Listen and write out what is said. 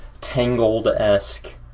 Tangled-esque